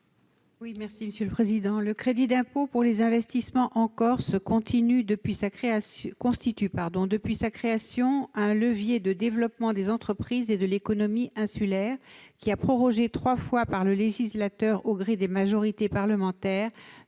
à Mme Jacky Deromedi. Le crédit d'impôt pour les investissements en Corse (CIIC) constitue depuis sa création un levier de développement des entreprises et de l'économie insulaire, trois fois prorogé par le législateur au gré des majorités parlementaires